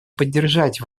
поддержать